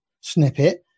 snippet